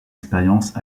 expérience